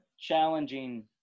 challenging